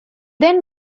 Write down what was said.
then